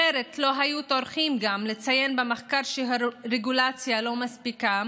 אחרת לא היו טורחים לציין במחקר שגם הרגולציה לא מספיקה,